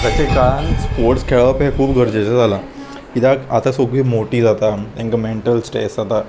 आयच्या काळांत स्पोर्ट्स खेळप हें खूब गरजेचें जालां कित्याक आतां सगळीं मोटीं जाता तेंका मेंटल स्ट्रेस जाता